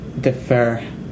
defer